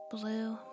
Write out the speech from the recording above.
blue